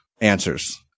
answers